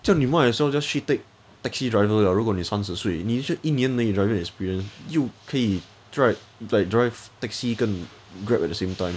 这样你 might as well just 去 take taxi driver liao 如果你三十岁你就一年而已 driving experience 你又可以 ride like drive taxi 跟 grab at the same time